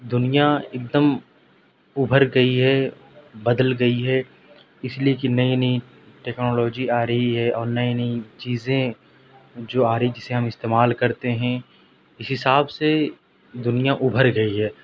دنیا ایک دم ابھر گئی ہے بدل گئی ہے اس لیے کہ نئی نئی ٹیکنالوجی آ رہی ہے اور نئی نئی چیزیں جو آ رہی ہے جسے ہم استعمال کرتے ہیں اس حساب سے دنیا ابھر گئی ہے